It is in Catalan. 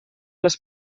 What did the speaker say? les